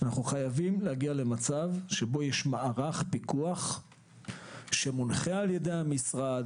אנחנו חייבים להגיע למצב שבו יש מערך פיקוח שמונחה על ידי המשרד,